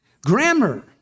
Grammar